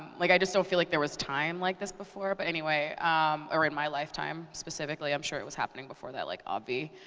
like i don't so feel like there was time like this before, but anyway or in my lifetime, specifically. i'm sure it was happening before that, like obvi.